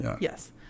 yes